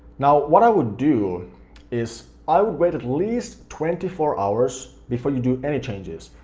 now, what i would do is i would wait at least twenty four hours before you do any changes.